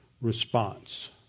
response